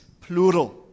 plural